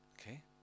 Okay